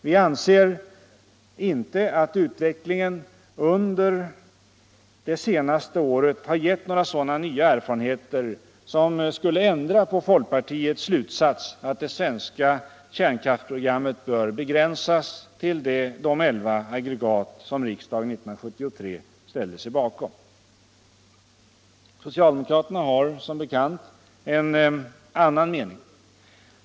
Vi anser inte att utvecklingen under det senaste året har givit några sådana nya erfarenheter, som skulle ändra på folkpartiets slutsats att det svenska kärnkraftsprogrammet bör begränsas till de elva aggregat som riksdagen 1973 ställde sig bakom. Socialdemokraterna har som bekant en annan mening.